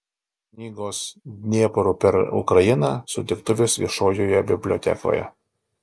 knygos dniepru per ukrainą sutiktuvės viešojoje bibliotekoje